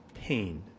pain